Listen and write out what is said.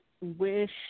wish